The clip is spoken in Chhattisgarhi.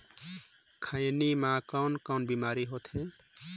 खैनी म कौन कौन बीमारी होथे?